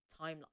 timeline